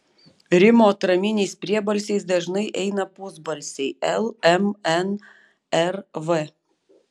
rimo atraminiais priebalsiais dažnai eina pusbalsiai l m n r v